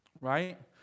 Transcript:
right